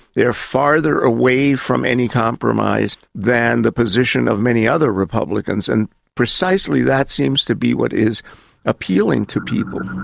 they are farther away from any compromise than the position of many other republicans, and precisely that seems to be what is appealing to people.